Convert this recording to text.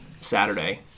Saturday